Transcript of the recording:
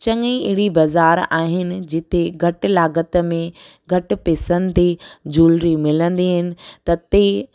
चङी ई अहिड़ी बज़ारि आहिनि जिते घटि लाॻत में घटि पैसनि ते जूलरी मिलंदी आहिनि त ते